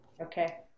Okay